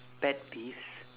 pet peeves